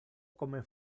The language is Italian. come